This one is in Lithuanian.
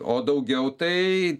o daugiau tai